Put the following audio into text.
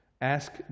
Ask